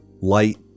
light